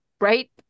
right